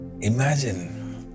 imagine